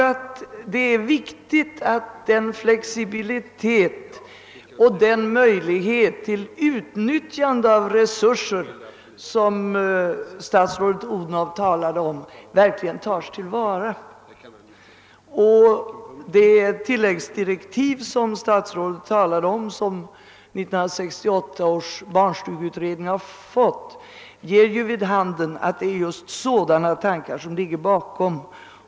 Det är viktigt att den flexibilitet och den möjlighet till utnyttjande av resurser, som statsrådet Odhnoff talade om, verkligen tas till vara. De tilläggsdirektiv till 1968 års barnstugeutredning som nämndes av statsrådet ger ju vid handen att det är just sådana tankar som ligger bakom.